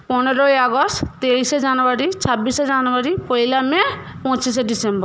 পনেরই August তেইশে January ছাব্বিশে January পয়লা মে পঁচিশে ডিসেম্বর